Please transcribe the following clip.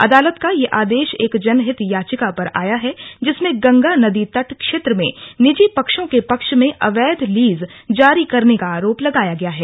अदालत का यह आदेश एक जनहित याचिका पर आया है जिसमें गंगा नदीतल क्षेत्र में निजी पक्षों के पक्ष में अवैध लीज जारी करने का आरोप लगाया गया है